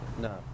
No